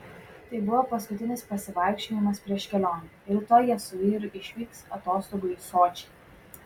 tai buvo paskutinis pasivaikščiojimas prieš kelionę rytoj jie su vyru išvyks atostogų į sočį